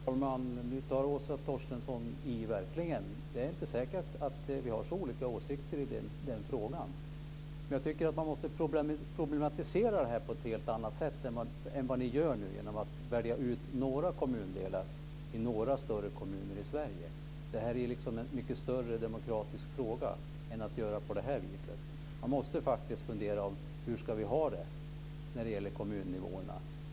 Fru talman! Nu tar Åsa Torstensson verkligen i. Det är inte säkert att vi har så olika åsikter i den frågan. Men jag tycker att man måste problematisera frågan på ett helt annat sätt än vad ni gör genom att välja ut några kommundelar i några större kommuner i Sverige. Det är en mycket större demokratifråga. Man måste faktiskt fundera på hur vi ska ha det när det gäller kommunnivåerna.